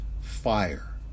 fire